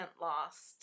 lost